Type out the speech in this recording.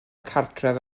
cartref